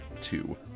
two